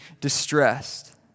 distressed